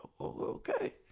okay